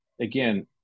again